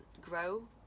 grow